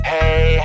Hey